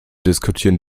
diskutieren